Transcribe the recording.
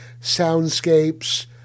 soundscapes